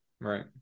Right